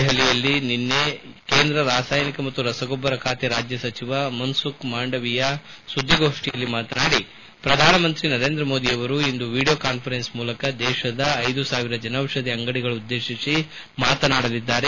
ದೆಹಲಿಯಲ್ಲಿ ನಿನ್ನೆ ಕೇಂದ್ರ ರಾಸಾಯನಿಕ ಮತ್ತು ರಸಗೊಬ್ಬರ ಬಾತೆ ರಾಜ್ಯ ಸಚಿವ ಮನ್ಸುಬ್ ಮಾಂಡವೀಯ ಸುದ್ದಿಗೋಷ್ಠಿಯಲ್ಲಿ ಮಾತನಾಡಿ ಪ್ರಧಾನಮಂತ್ರಿ ನರೇಂದ್ರ ಮೋದಿ ಅವರು ಇಂದು ವಿಡಿಯೋ ಕಾಸ್ಟರೆನ್ಸ್ ಮೂಲಕ ದೇತದ ಐದು ಸಾವಿರ ಜನೌಷಧಿ ಅಂಗಡಿಗಳನ್ನುದ್ದೇಶಿಸಿ ಮಾತನಾಡಲಿದ್ದಾರೆ